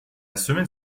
semaine